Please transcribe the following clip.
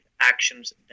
actions